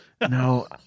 No